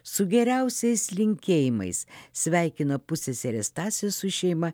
su geriausiais linkėjimais sveikino pusseserė stasė su šeima